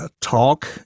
Talk